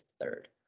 third